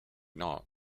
not